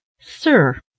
Sir